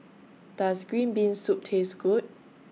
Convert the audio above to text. Does Green Bean Soup Taste Good